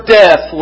death